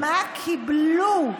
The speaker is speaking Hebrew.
מה קיבלו?